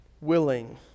willing